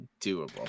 doable